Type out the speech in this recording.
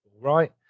right